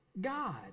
God